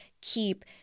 keep